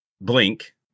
Blink